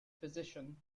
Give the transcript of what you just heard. physician